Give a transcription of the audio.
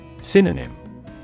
Synonym